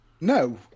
No